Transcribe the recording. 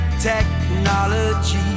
Technology